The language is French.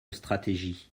stratégie